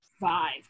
five